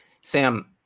Sam